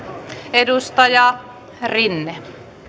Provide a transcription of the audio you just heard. edustaja rinne